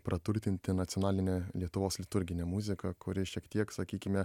praturtinti nacionalinę lietuvos liturginę muziką kuri šiek tiek sakykime